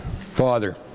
Father